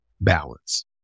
balance